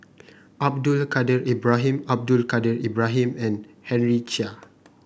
Abdul Kadir Ibrahim Abdul Kadir Ibrahim and Henry Chia